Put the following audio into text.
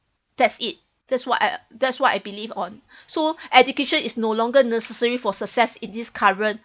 that's it that's what I that's what I believe on so education is no longer necessary for success in this current